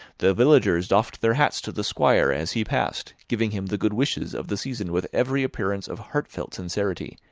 the villagers doffed their hats to the squire as he passed, giving him the good wishes of the season with every appearance of heartfelt sincerity,